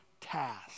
task